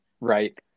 right